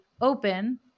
open